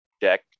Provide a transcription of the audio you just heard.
deck